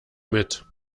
mit